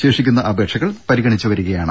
ശേഷിക്കുന്ന അപേക്ഷകൾ പരിഗണിച്ചുവരികയാണ്